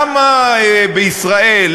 למה בישראל?